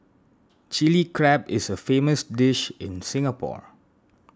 Chilli Crab is a famous dish in Singapore